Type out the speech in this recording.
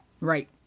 Right